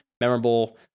memorable